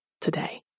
today